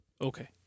Okay